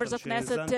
חברות וחברות הכנסת,